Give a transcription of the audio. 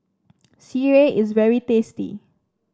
sireh is very tasty